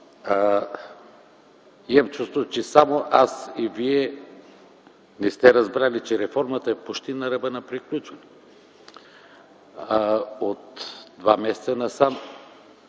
Имам чувството, че само Вие не сте разбрали, че реформата е почти на ръба на приключване от два месеца насам.